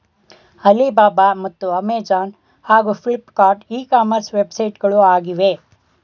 Alibaba ಮತ್ತು Amazon ಹಾಗೂ Flipkart e commerce ವೆಬ್ಸೈಟ್ಗಳು ಆಗಿವೆ